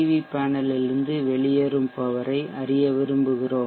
we பேனலில் இருந்து வெளியேறும் பவர் ஐ அறிய விரும்புகிறோம்